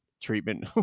treatment